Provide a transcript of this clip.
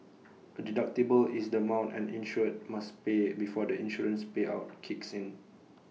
A deductible is the amount an insured must pay before the insurance payout kicks in